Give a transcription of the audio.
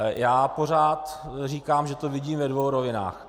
Já pořád říkám, že to vidím ve dvou rovinách.